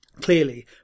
clearly